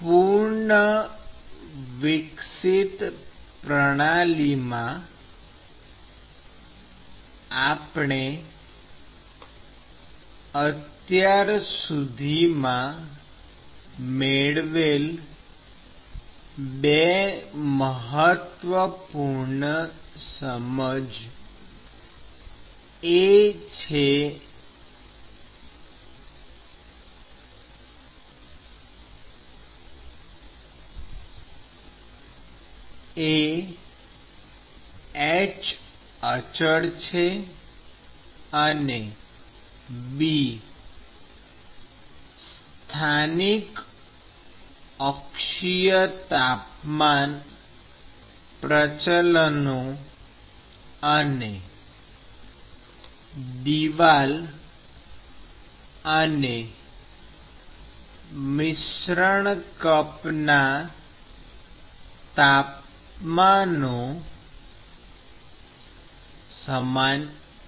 પૂર્ણ વિકસિત પ્રણાલીમાં આપણે અત્યાર સુધીમાં મેળવેલી બે મહત્વપૂર્ણ સમજ એ છે h અચળ છે અને સ્થાનિક અક્ષીય તાપમાન પ્રચલનો અને દિવાલ અને મિશ્રણ કપના તાપમાનો સમાન છે